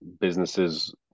businesses